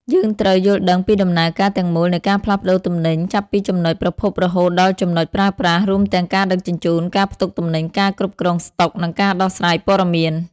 យើងត្រូវយល់ដឹងពីដំណើរការទាំងមូលនៃការផ្លាស់ប្តូរទំនិញ ចាប់ពីចំណុចប្រភពរហូតដល់ចំណុចប្រើប្រាស់ រួមទាំងការដឹកជញ្ជូន ការផ្ទុកទំនិញ ការគ្រប់គ្រងស្តុក និងការដោះស្រាយព័ត៌មាន។